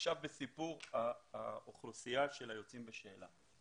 לגבי האוכלוסייה של היוצאים בשאלה.